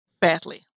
badly